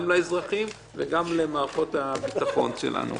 גם לאזרחים וגם למערכות הביטחון שלנו.